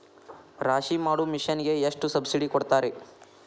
ರಾಶಿ ಮಾಡು ಮಿಷನ್ ಗೆ ಎಷ್ಟು ಸಬ್ಸಿಡಿ ಕೊಡ್ತಾರೆ?